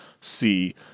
see